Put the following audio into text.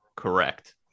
correct